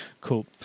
cool